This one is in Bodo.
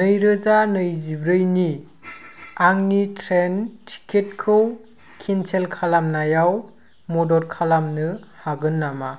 नैरोजा नैजिब्रैनि आंनि ट्रेन टिकेटखौ केन्सेल खालामनायाव मदद खालामनो हागोन नामा